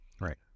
Right